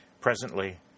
Presently